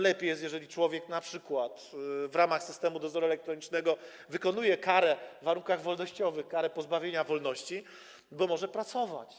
Lepiej jest, jeżeli człowiek np. w ramach systemu dozoru elektronicznego wykonuje w warunkach wolnościowych karę pozbawienia wolności, bo może pracować.